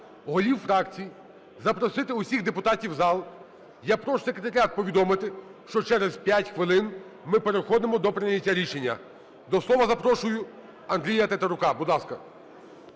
голів фракцій запросити усіх депутатів в зал. Я прошу секретаріат повідомити, що через 5 хвилин ми переходимо до прийняття рішення. До слова запрошую Андрія Тетерука.